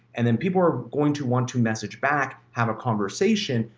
and then people are going to want to message back, have a conversation,